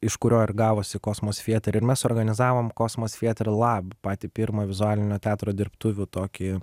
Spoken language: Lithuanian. iš kurio ir gavosi kosmos fieter ir mes suorganizavom kosmos fieter lab patį pirmą vizualinio teatro dirbtuvių tokį